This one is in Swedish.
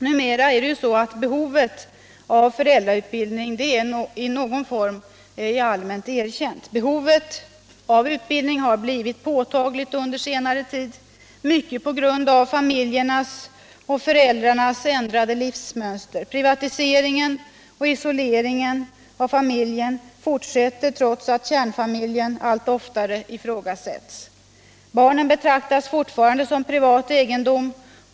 Numera är behovet av föräldrautbildning i någon form allmänt erkänt. Behovet av utbildning har blivit påtagligt under senare tid, mycket på grund av familjernas-föräldrarnas ändrade livsmönster. Privatiseringen och isoleringen av familjen fortsätter trots att kärnfamiljen allt oftare ifrågasätts. Barnen betraktas fortfarande som privat egendom.